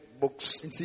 books